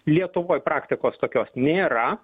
lietuvoje praktikos tokios nėra